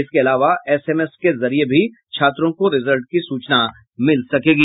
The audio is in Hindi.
इसके अलावा एसएमएस के जरिए भी छात्रों को रिजल्ट की सूचना मिल सकेगी